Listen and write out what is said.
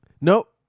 Nope